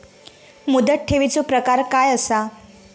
मुदत ठेवीचो प्रकार काय असा?